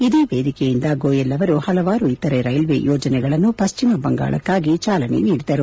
ಇದೇ ವೇದಿಕೆಯಿಂದ ಗೋಯಲ್ ಅವರು ಹಲವಾರು ಇತರ ರೈಲ್ವೇ ಯೋಜನೆಗಳನ್ನು ಪಶ್ಚಿಮ ಬಂಗಾಳಕ್ಕಾಗಿ ಚಾಲನೆ ನೀಡಿದರು